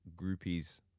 groupies